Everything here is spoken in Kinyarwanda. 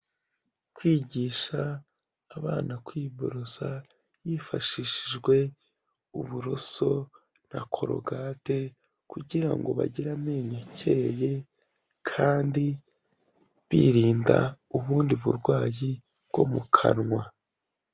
Kwigisha abana kwiborosa hifashishijwe uburoso na corogate kugira ngo bagire amenyo akeye, kandi birinda ubundi burwayi bwo mu kanwa.